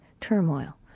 turmoil